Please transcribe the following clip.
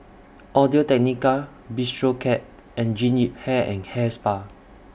Audio Technica Bistro Cat and Jean Yip Hair and Hair Spa